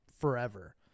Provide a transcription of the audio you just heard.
forever